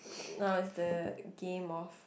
no is the game of